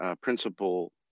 Principal